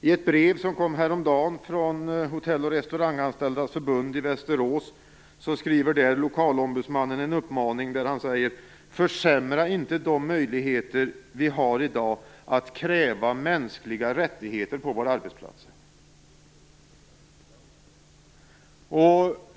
I ett brev som kom häromdagen från Hotell och restauranganställdas förbund i Västerås uppmanar den lokale ombudsmannen: Försämra inte de möjligheter vi har i dag att kräva mänskliga rättigheter på våra arbetsplatser!